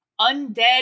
undead